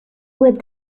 would